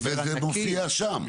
וזה מופיע שם.